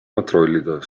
kontrollida